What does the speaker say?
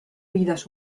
vidas